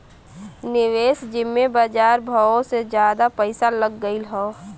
निवेस जिम्मे बजार भावो से जादा पइसा लग गएल हौ